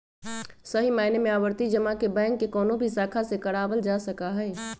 सही मायने में आवर्ती जमा के बैंक के कौनो भी शाखा से करावल जा सका हई